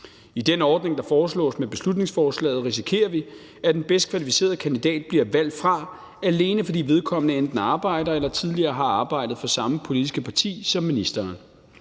I den ordning, der foreslås med beslutningsforslaget, risikerer vi, at den bedst kvalificerede kandidat bliver valgt fra, alene fordi vedkommende enten arbejder eller tidligere har arbejdet for samme politiske parti som ministeren.